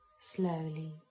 slowly